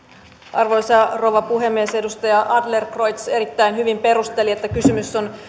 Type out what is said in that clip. arvoisa rouva puhemies edustaja adlercreutz erittäin hyvin perusteli sen että kysymys on